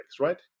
right